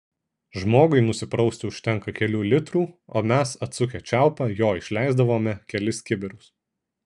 žmogui nusiprausti užtenka kelių litrų o mes atsukę čiaupą jo išleisdavome kelis kibirus